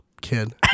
kid